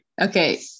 Okay